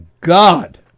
God